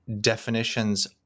definitions